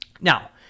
Now